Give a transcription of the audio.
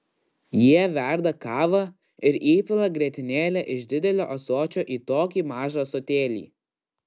jie verda kavą ir įpila grietinėlę iš didelio ąsočio į tokį mažą ąsotėlį